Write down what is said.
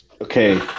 Okay